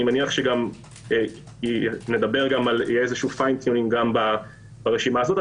אני מניח שגם נדבר על שיהיה פיין טיונינג ברשימה הזאת.